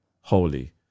holy